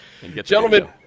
Gentlemen